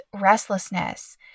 restlessness